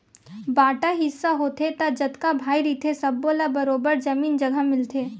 बांटा हिस्सा होथे त जतका भाई रहिथे सब्बो ल बरोबर जमीन जघा मिलथे